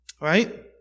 Right